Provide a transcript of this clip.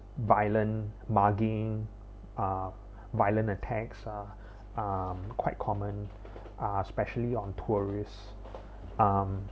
violent mugging uh violent attacks uh um quite common uh especially on tourists um